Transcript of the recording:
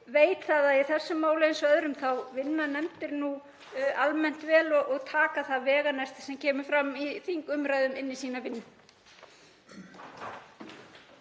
veit að í þessu máli eins og öðrum vinna nefndir almennt vel og taka það veganesti sem kemur fram í þingumræðum inn í vinnu